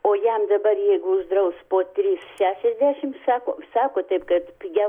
o jam dabar jeigu uždraus po tris šešasdešim sako sako taip kad pigiau